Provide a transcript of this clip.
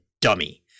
dummy